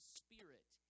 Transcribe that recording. spirit